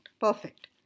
Perfect